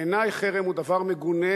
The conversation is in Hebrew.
בעיני חרם הוא דבר מגונה,